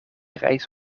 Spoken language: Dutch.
reis